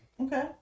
Okay